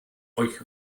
euch